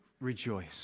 rejoice